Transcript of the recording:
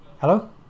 Hello